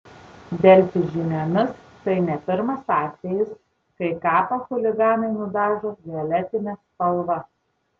delfi žiniomis tai ne pirmas atvejis kai kapą chuliganai nudažo violetine spalva